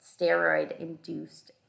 steroid-induced